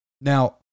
now